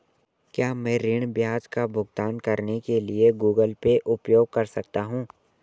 क्या मैं ऋण ब्याज का भुगतान करने के लिए गूगल पे उपयोग कर सकता हूं?